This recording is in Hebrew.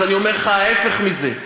אז אני אומר לך: ההפך מזה,